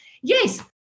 yes